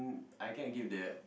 I can't give the